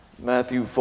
Matthew